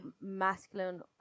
masculine